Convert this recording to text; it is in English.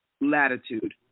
latitude